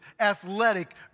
athletic